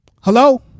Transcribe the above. Hello